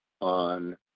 on